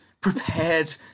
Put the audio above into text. prepared